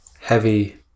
heavy